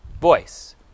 voice